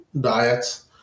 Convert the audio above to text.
diets